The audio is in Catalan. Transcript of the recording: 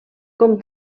com